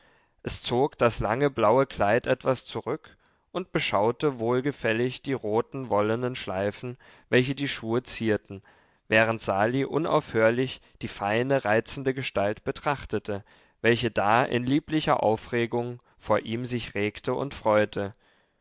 es zog das lange blaue kleid etwas zurück und beschaute wohlgefällig die roten wollenen schleifen welche die schuhe zierten während sali unaufhörlich die feine reizende gestalt betrachtete welche da in lieblicher aufregung vor ihm sich regte und freute